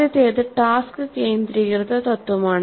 ആദ്യത്തേത് ടാസ്ക് കേന്ദ്രീകൃത തത്വമാണ്